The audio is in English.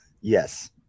Yes